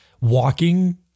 walking